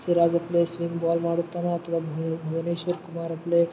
Siraj play spin ball ಮಾಡುತ್ತಾನೋ ಅಥ್ವ Bhuvneshwar Kumar play